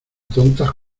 tontas